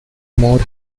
more